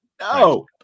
No